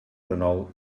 renou